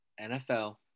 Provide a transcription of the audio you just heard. NFL